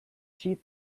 chief